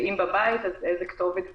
ואם זה בבית אז באיזו כתובת בידוד.